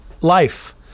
life